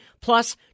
plus